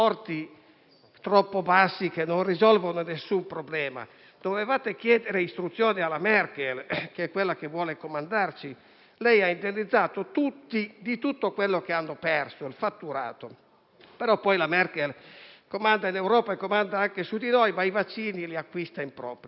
troppo bassi, che non risolvono nessun problema; dovevate chiedere istruzioni alla Merkel, quella che vuole comandarci: ha indennizzato tutti di tutto il fatturato che hanno perso, però poi comanda in Europa e comanda anche su di noi, ma i vaccini li acquista in proprio.